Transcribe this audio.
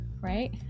right